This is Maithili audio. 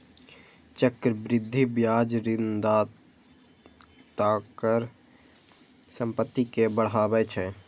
चक्रवृद्धि ब्याज ऋणदाताक संपत्ति कें बढ़ाबै छै